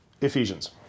Ephesians